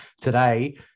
today